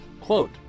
Quote